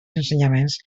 ensenyaments